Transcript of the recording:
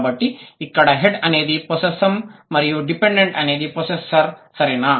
కాబట్టి ఇక్కడ హెడ్ అనేది పొస్సెస్సామ్ మరియు డిపెండెంట్ అనేది పొస్సెస్సర్ సరేనా